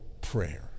prayer